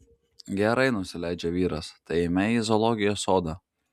gerai nusileidžia vyras tai eime į zoologijos sodą